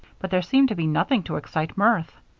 but there seemed to be nothing to excite mirth.